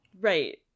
Right